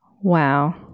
Wow